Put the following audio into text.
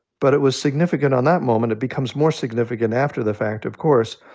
but it was significant on that moment. it becomes more significant after the fact, of course,